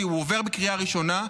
שהוא עובר בקריאה ראשונה,